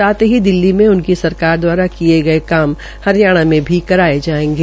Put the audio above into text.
साथ ही दिल्ली में उनकी सरकार द्वारा किये गये काम हरियाणा में भी कराये जायेंगे